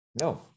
No